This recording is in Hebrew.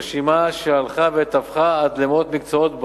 רשימה שהלכה ותפחה עד למאות מקצועות,